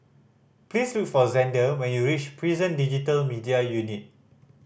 please look for Xander when you reach Prison Digital Media Unit